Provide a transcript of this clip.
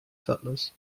settlers